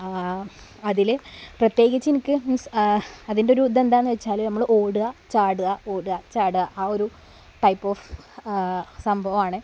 അതിൽ പ്രേത്യേകിച്ച് എനിക്ക് മീൻസ് അതിൻ്റെയൊരു ഇതെന്താണെന്നു വെച്ചാൽ നമ്മൾ ഓടുക ചാടുക ഓടുക ചാടുക ആ ഒരു ടൈപ് ഓഫ് സംഭവമാണ്